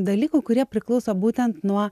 dalykų kurie priklauso būtent nuo